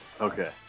Okay